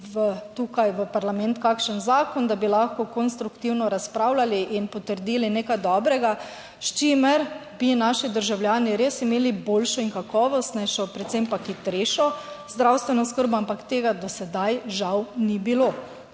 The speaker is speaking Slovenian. tukaj v parlament kakšen zakon, da bi lahko konstruktivno razpravljali in potrdili nekaj dobrega, s čimer bi naši državljani res imeli boljšo in kakovostnejšo, predvsem pa hitrejšo zdravstveno oskrbo, ampak tega do sedaj žal ni bilo.